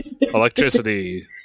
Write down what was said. electricity